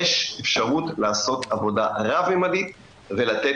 יש אפשרות לעשות עבודה רב ממדית ולתת